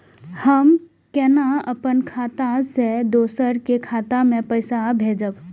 हम केना अपन खाता से दोसर के खाता में पैसा भेजब?